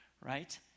right